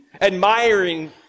Admiring